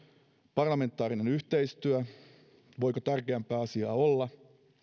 parlamentaarinen yhteistyö voiko tärkeämpää asiaa olla